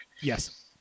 yes